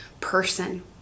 person